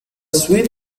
suite